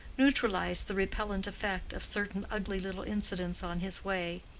neutralized the repellent effect of certain ugly little incidents on his way.